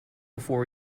before